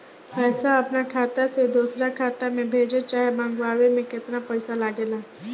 पैसा अपना खाता से दोसरा खाता मे भेजे चाहे मंगवावे में केतना पैसा लागेला?